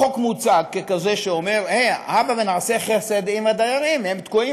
החוק מוצג ככזה שאומר: הבה ונעשה חסד עם הדיירים: הם תקועים